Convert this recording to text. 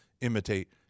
imitate